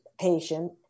patient